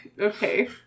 Okay